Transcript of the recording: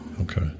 Okay